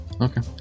Okay